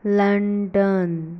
London